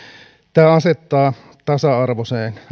tämä asettaa eri energiamuodot tasa arvoiseen